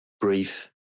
brief